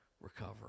recover